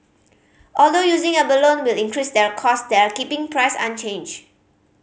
although using abalone will increase their cost they are keeping price unchanged